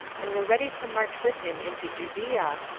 and were ready to march with him into judea,